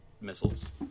missiles